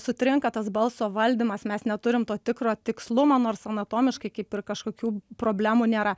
sutrinka tas balso valdymas mes neturim to tikro tikslumo nors anatomiškai kaip ir kažkokių problemų nėra